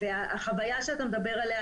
החוויה שאתה מדבר עליה,